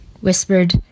whispered